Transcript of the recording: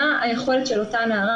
מה היכולת של אותה נערה,